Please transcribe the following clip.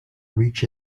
reached